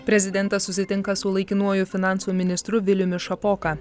prezidentas susitinka su laikinuoju finansų ministru viliumi šapoka